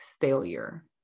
failure